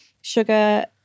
sugar